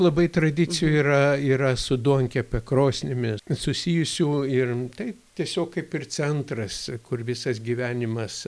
labai tradicijų yra yra su duonkepe krosnimi susijusių ir tai tiesiog kaip ir centras kur visas gyvenimas